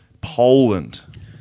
Poland